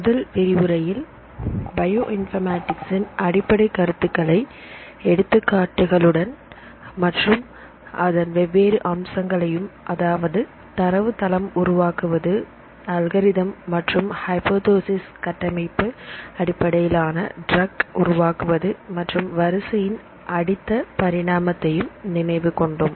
முதல் விரிவுரையில் bioinformatics இன் அடிப்படைக் கருத்துக்களை எடுத்துக்காட்டுகளுடன் மற்றும் அதன் வெவ்வேறு அம்சங்களையும் அதாவது தரவுத்தளம் உருவாக்குவது அல்காரிதம் மற்றும் ஹைபோதேசிஸ் கட்டமைப்பு அடிப்படையிலான டிரக் உருவாக்குவது மற்றும் வரிசையின் அடுத்த பரிணாமத்தையும் நினைவு கொண்டோம்